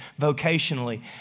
vocationally